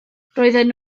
roedden